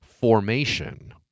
formation